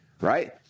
right